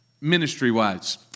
ministry-wise